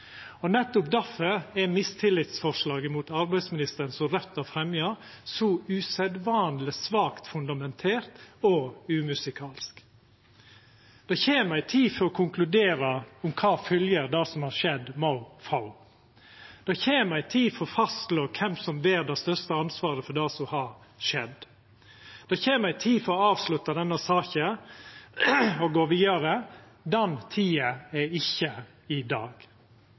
Nettopp difor er mistillitsforslaget mot arbeidsministeren som Raudt har fremja, så usedvanleg svakt fundamentert og umusikalsk. Det kjem ei tid for å konkludera med kva fylgje det som har skjedd, må få. Det kjem ei tid for å fastslå kven som ber det største ansvaret for det som har skjedd. Det kjem ei tid for å avslutta denne saka og gå vidare. Den tida er ikkje i dag.